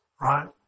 right